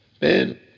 man